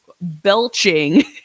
belching